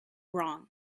wrong